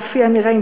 כפי הנראה,